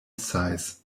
size